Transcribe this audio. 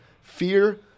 Fear